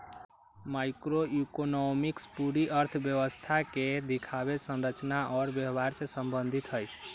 macroeconomics पूरी अर्थव्यवस्था के दिखावे, संरचना और व्यवहार से संबंधित हई